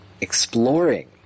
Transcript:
exploring